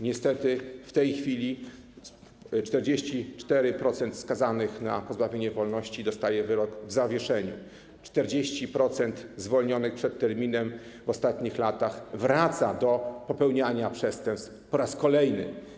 Niestety w tej chwili 44% skazanych na pozbawienie wolności dostaje wyrok w zawieszeniu, 40% zwolnionych przed terminem w ostatnich latach wraca do popełniania przestępstw po raz kolejny.